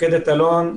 מפקדת אלון,